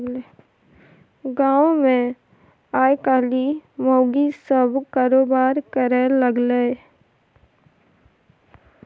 गामोमे आयकाल्हि माउगी सभ कारोबार करय लागलै